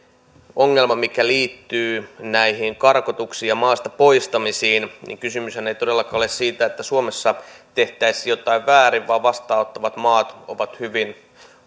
ongelma mikä liittyy näihin karkotuksiin ja maasta poistamisiin kysymyshän ei todellakaan ole siitä että suomessa tehtäisiin jotain väärin vaan vastaanottavat maat ovat hyvin